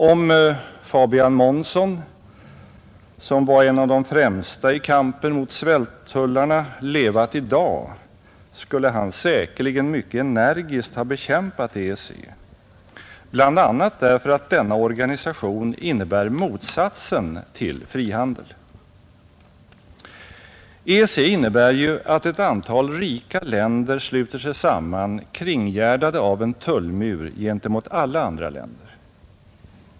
Om Fabian Månsson, som var en av de främsta i kampen mot svälttullarna, hade levat i dag, skulle han säkerligen mycket energiskt ha bekämpat EEC, bl.a. därför att denna organisation innebär motsatsen till frihandel, EEC innebär ju att ett antal rika länder sluter sig samman kringgärdade av en tullmur gentemot alla andra länder.